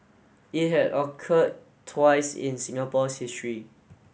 it had occurred twice in Singapore's history